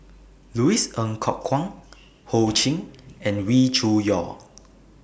Louis Ng Kok Kwang Ho Ching and Wee Cho Yaw